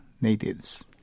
natives